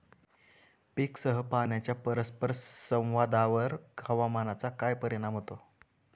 पीकसह पाण्याच्या परस्पर संवादावर हवामानाचा काय परिणाम होतो?